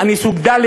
אני סוג ד'?